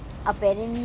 mmhmm